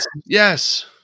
yes